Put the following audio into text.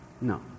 No